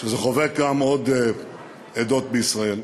שזה חובק עוד עדות בישראל,